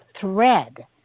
thread